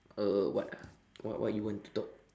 uh what ah what what what you want to talk